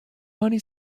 money